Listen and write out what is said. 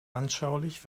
anschaulich